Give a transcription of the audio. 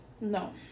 No